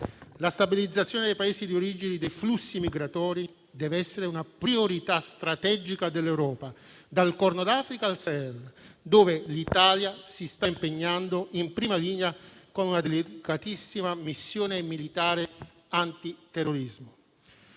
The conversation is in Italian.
La stabilizzazione dei Paesi di origine dei flussi migratori deve essere una priorità strategica dell'Europa, dal Corno d'Africa al Sahel, dove l'Italia si sta impegnando in prima linea con una delicatissima missione militare antiterrorismo.